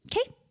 Okay